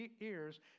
ears